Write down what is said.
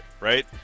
right